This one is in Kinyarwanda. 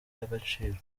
y’agaciro